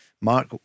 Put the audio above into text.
Mark